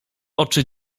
oczy